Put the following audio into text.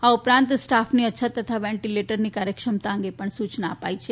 આ ઉપરાંત સ્ટાફની અછત તથા વેન્ટીલેટરની કાર્યક્ષમતા અંગે પણ સૂચના અપાઈ છે